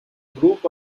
group